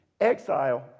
Exile